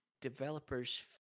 Developers